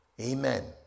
amen